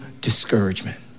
discouragement